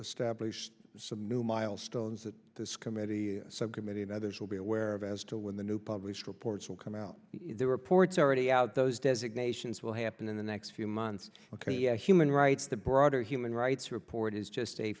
stop some new milestones that this committee subcommittee and others will be aware of as to when the new published reports will come out their reports are already out those designations will happen in the next few months ok human rights the broader human rights report is just